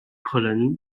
可能